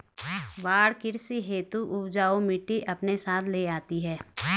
बाढ़ कृषि हेतु उपजाऊ मिटटी अपने साथ ले आती है